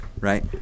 right